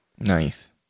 Nice